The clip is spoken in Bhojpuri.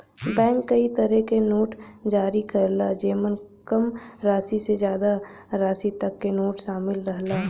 बैंक कई तरे क नोट जारी करला जेमन कम राशि से जादा राशि तक क नोट शामिल रहला